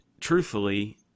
truthfully –